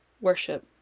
worship